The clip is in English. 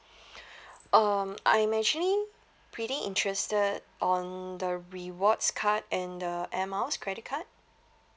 um I'm actually pretty interested on the rewards card and the air miles credit card